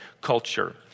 culture